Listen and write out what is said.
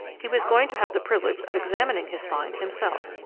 he was going to have the privilege of examining his find himself.